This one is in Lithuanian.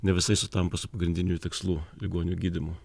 ne visai sutampa su pagrindiniu jų tikslu ligonių gydymu